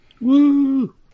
Woo